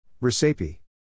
Recipe